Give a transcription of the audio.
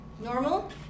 Normal